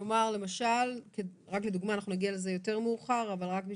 כלומר, לדוגמה, אם אני